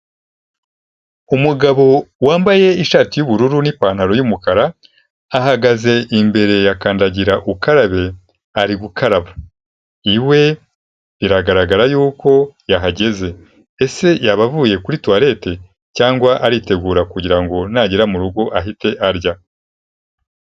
Umugabo wambaye ishati y'ubururu n'ipantaro y'umukara, ahagaze imbere yakandagira ukarabe ari gukaraba, iwe biragaragara yuko yahageze. Ese yaba avuye kuri tuwalete cyangwa aritegura kugira ngo nagera mu rugo ahite arya?